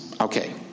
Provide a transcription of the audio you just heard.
Okay